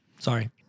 Sorry